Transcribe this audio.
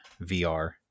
VR